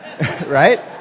Right